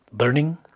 Learning